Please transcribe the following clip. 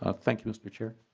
ah thank you mister chair.